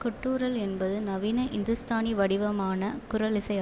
guttural என்பது நவீன இந்துஸ்தானி வடிவமான குரலிசை